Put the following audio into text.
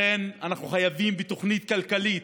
לכן אנחנו חייבים תוכנית כלכלית,